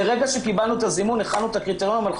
מרגע שקיבלנו את הזימון הכנו את הקריטריונים ואנחנו